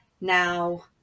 now